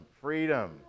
freedom